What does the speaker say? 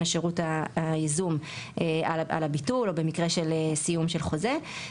שירות הייזום על הביטול או במקרה של סיום של חוזה.